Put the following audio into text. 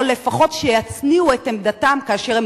או לפחות שיצניעו את עמדתם כאשר הם